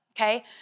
Okay